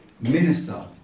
minister